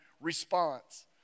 response